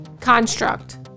construct